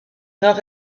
nord